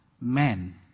men